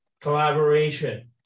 collaboration